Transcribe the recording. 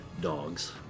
dogs